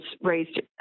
raised